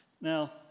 Now